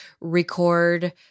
record